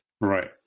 right